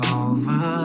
over